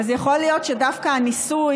אז יכול להיות שדווקא הניסוי